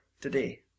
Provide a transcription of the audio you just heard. today